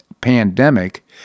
pandemic